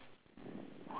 really meh